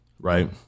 right